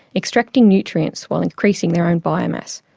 extracting nutrients while increasing their own biomass.